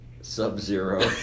Sub-zero